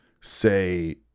say